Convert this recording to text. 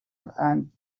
and